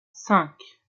cinq